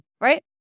right